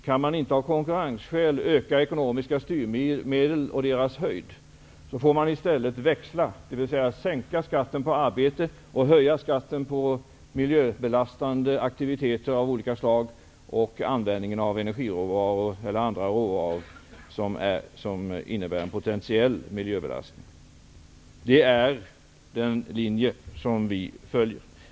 Kan man inte av konkurrensskäl öka ekonomiska styrmedel och deras höjd får man i stället växla, dvs. sänka skatten på arbete och höja skatten på miljöbelastande aktiviteter av olika slag och användningen av energiråvaror eller andra råvaror som innebär en potentiell miljöbelastning. Det är den linje som vi följer.